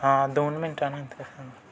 हां दोन मिनटानंतर सांगा